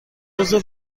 عضو